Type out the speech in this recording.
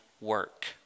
work